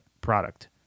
product